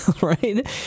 right